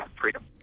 freedom